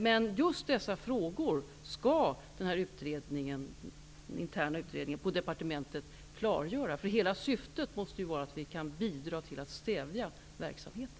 Men just dessa frågor skall den här interna utredningen på departementet klargöra. Syftet måste ju vara att vi bidrar till att stävja verksamheten.